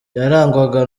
yarangwaga